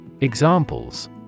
Examples